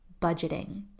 budgeting